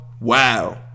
wow